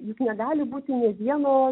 juk negali būti nė vieno